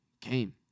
came